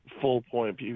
full-point